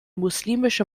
muslimische